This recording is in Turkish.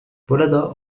burada